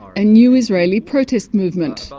and new israeli protest movement.